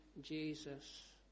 Jesus